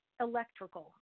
electrical